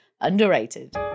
Underrated